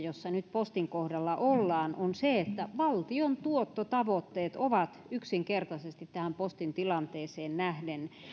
jossa nyt postin kohdalla ollaan on se että valtion tuottotavoitteet ovat yksinkertaisesti tähän postin tilanteeseen nähden